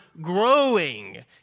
growing